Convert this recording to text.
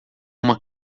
uma